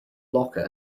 locker